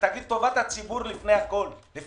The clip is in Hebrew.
ותגיד: טובת הציבור לפני המכרז,